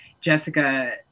Jessica